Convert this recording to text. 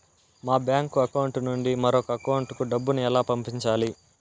మా bank account నుండి మరొక అకౌంట్ కు డబ్బును ఎలా పంపించాలి